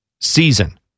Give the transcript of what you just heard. season